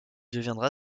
deviendra